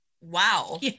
wow